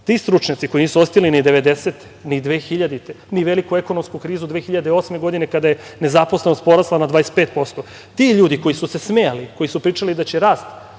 ti stručnjaci koji nisu ni osetili ni devedesete, ni dvehiljadite, ni veliku ekonomsku krizu 2008. godine kada je nezaposlenost porasla na 25%, ti ljudi, koji su se smejali, koji su pričali da će rast